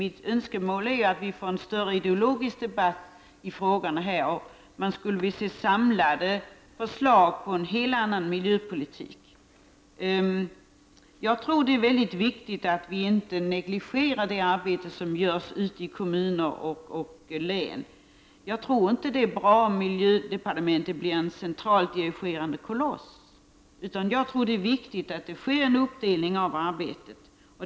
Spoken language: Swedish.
Min önskan är att få till stånd en ideologisk debatt i dessa frågor. Jag vill se ett samlat förslag till en helt annan miljöpolitik. Det är, som jag ser det, viktigt att inte negligera det arbete som görs ute i kommuner och län. Det är inte bra om miljödepartementet blir en centralt dirigerande koloss. I stället är det viktigt med en uppdelning av arbetet.